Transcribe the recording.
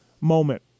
moment